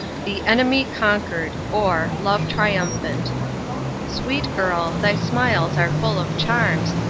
the enemy conquered or, love triumphant sweet girl, thy smiles are full of charms,